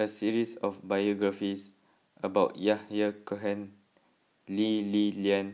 a series of biographies about Yahya Cohen Lee Li Lian